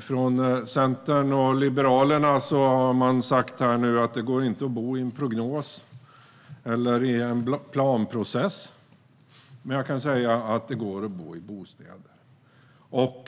Från Centern och Liberalerna har man sagt att det inte går att bo i en prognos eller i en planprocess. Jag kan säga att det går att bo i bostäder.